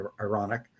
ironic